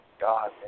God